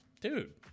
Dude